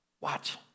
Watch